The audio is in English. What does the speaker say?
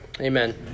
Amen